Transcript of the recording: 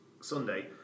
Sunday